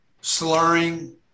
slurring